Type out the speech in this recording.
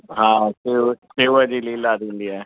हा शिव शिव जी लीला थींदी आहे